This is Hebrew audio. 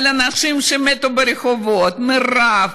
על אנשים שמתו ברחובות מרעב,